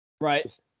Right